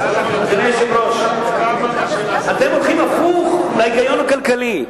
אתם הולכים הפוך בהיגיון הכלכלי.